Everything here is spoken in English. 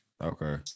Okay